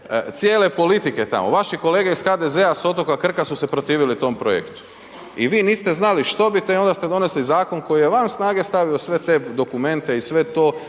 cijele politike tamo, vaši kolege iz HDZ-a s otoka Krka su se protivili tom projektu i vi niste znali štobite i onda ste donesli zakon koji je van snage stavio sve te dokumente i sve to